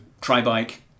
tri-bike